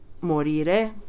morire